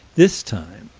this time.